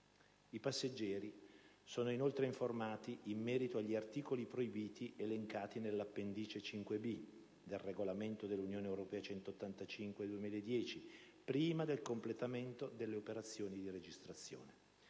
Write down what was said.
I passeggeri sono inoltre informati in merito agli articoli proibiti elencati nell'appendice 5-B del citato regolamento dell'Unione europea n. 185 del 2010 prima del completamento delle operazioni di registrazione.